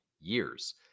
years